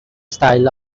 style